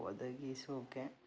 ಒದಗಿಸೋಕ್ಕೆ